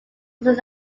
was